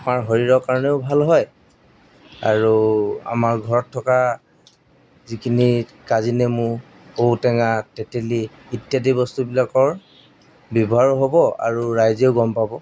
আমাৰ শৰীৰৰ কাৰণেও ভাল হয় আৰু আমাৰ ঘৰত থকা যিখিনি কাজিনেমু ঔ টেঙা তেতেলি ইত্যাদি বস্তুবিলাকৰ ব্যৱহাৰো হ'ব আৰু ৰাইজেও গম পাব